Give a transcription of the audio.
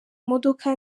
modoka